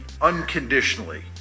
unconditionally